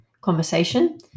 conversation